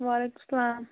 وَعلیکُم اَسَلام